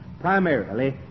primarily